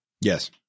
Yes